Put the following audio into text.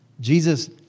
Jesus